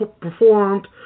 performed